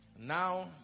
Now